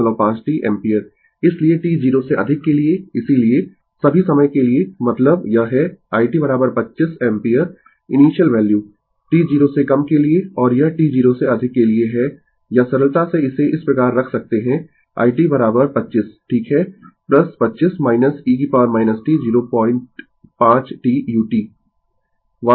इसलिए t 0 से अधिक के लिए इसीलिए सभी समय के लिए मतलब यह है i t 25 ampere initial value t 0 से कम के लिए और यह t 0 से अधिक के लिए है या सरलता से इसे इस प्रकार रख सकते है i t 25 ठीक है 25 e t 05 t u